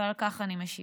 ועל כך אני משיבה.